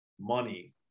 money